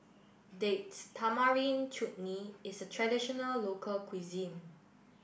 dates Tamarind Chutney is a traditional local cuisine